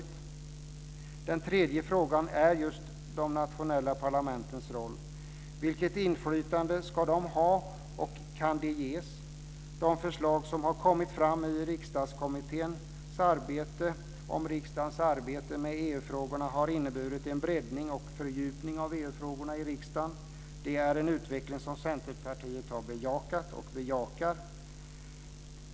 Ytterligare en fråga är just de nationella parlamentens roll. Vilket inflytande ska de ha, och kan det ges? De förslag som har kommit fram ur Riksdagskommitténs arbete om riksdagens arbete med EU frågorna har inneburit en breddning och fördjupning av EU-frågorna i riksdagen. Det är en utveckling som vi i Centerpartiet har bejakat och som vi bejakar.